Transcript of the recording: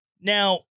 Now